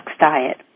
Diet